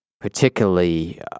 particularly